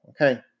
Okay